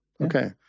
Okay